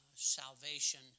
salvation